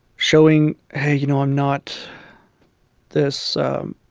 showing, hey, you know, i'm not this